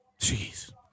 Jeez